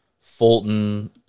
Fulton